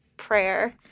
prayer